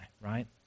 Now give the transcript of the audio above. right